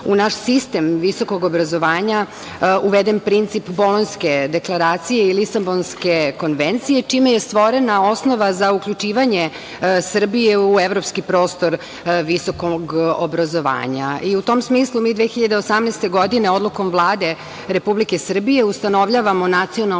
u naš sistem visokog obrazovanja uveden princip Bolonjska deklaracije i Lisabonske konvencije, čime je stvorena osnova za uključivanje Srbije u evropski prostor visokog obrazovanja. U tom smislu, mi 2018. godine Odlukom Vlade Republike Srbije ustanovljavamo nacionalno